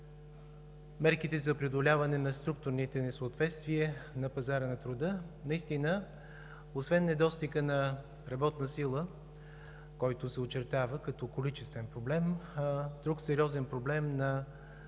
мерките за преодоляване на структурните несъответствия на пазара на труда. Наистина, освен недостига на работна сила, който се очертава като количествен проблем, друг сериозен проблем на